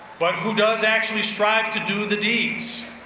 but who does actually strive to do the deeds,